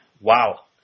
wow